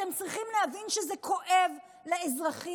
אתם צריכים להבין שזה כואב לאזרחים.